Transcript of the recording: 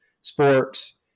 sports